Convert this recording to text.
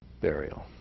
burial